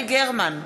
יעל גרמן,